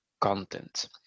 content